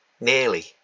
Nearly